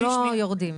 אנחנו לא יורדים.